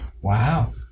Wow